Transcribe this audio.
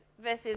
versus